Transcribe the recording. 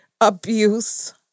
abuse